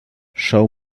show